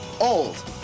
old